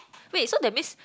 wait so that means